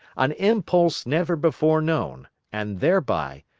an impulse never before known, and thereby,